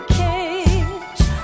cage